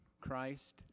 Christ